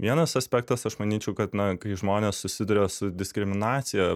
vienas aspektas aš manyčiau kad na kai žmonės susiduria su diskriminacija